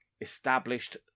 established